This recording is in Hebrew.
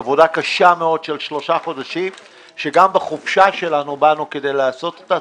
עבודה קשה מאוד של שלושה חודשים שגם בחופשה שלנו באנו כדי לעשות אותה.